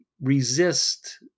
resist